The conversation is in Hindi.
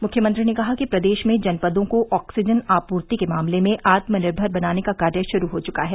मुख्यमंत्री ने कहा कि प्रदेश के जनपदों को ऑक्सीजन आपूर्ति के मामले में आत्मनिर्भर बनाने का कार्य शुरू हो चुका है